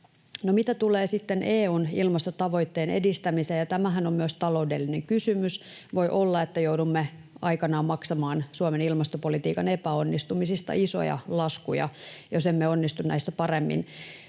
mitä tulee sitten EU:n ilmastotavoitteen edistämiseen — ja tämähän on myös taloudellinen kysymys: voi olla, että joudumme aikanaan maksamaan Suomen ilmastopolitiikan epäonnistumisista isoja laskuja, jos emme onnistu näissä paremmin.